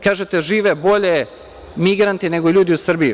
Kažete žive bolje migranti nego ljudi u Srbiji.